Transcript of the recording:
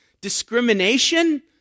Discrimination